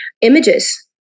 Images